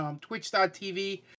Twitch.tv